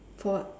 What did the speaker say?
for what